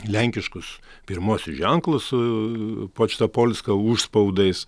lenkiškus pirmuosius ženklus su počta polska užspaudais